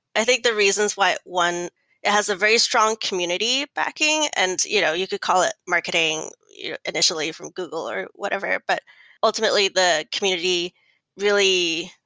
i think the reasons why one has a very strong community backing, and you know you could call it marketing initially from google or whatever. but ultimately, the community really,